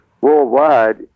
worldwide